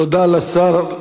תודה לשר.